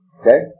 Okay